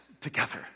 together